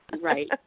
right